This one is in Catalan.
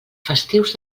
festius